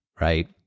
right